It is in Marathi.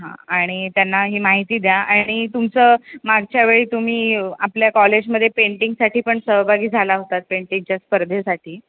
हां आणि त्यांना ही माहिती द्या आणि तुमचं मागच्या वेळी तुम्ही आपल्या कॉलेजमध्ये पेंटिंगसाठी पण सहभागी झाला होता पेंटिंगच्या स्पर्धेसाठी